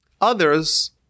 Others